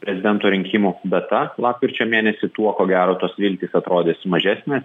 prezidento rinkimų data lapkričio mėnesį tuo ko gero tos viltys atrodys mažesnės